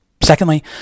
Secondly